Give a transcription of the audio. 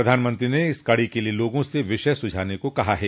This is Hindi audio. प्रधानमंत्री ने इस कडो के लिए लोगों से विषय सुझाने को कहा है